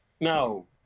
No